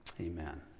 Amen